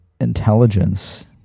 intelligence